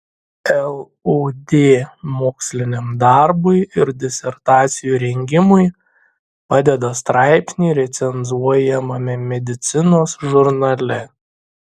lud moksliniam darbui ir disertacijų rengimui padeda straipsniai recenzuojamame medicinos žurnale